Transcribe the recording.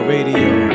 Radio